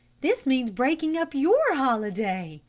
this means breaking up your holiday,